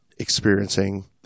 Experiencing